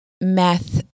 meth